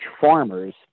farmers